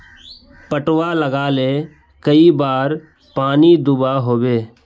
पटवा लगाले कई बार पानी दुबा होबे?